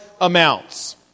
amounts